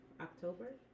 October